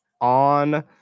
on